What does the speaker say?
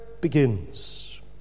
begins